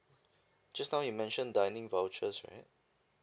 just now you mention dining vouchers right